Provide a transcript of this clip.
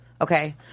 Okay